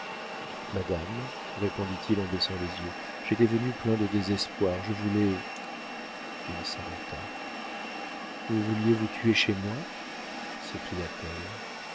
madame répondit-il en baissant les yeux j'étais venu plein de désespoir je voulais il s'arrêta vous vouliez vous tuer chez moi